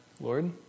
Lord